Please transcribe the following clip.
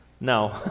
No